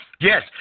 Yes